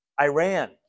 Iran